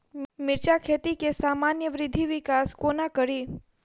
मिर्चा खेती केँ सामान्य वृद्धि विकास कोना करि?